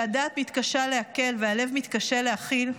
שהדעת מתקשה לעכל והלב מתקשה להכיל,